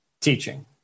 teaching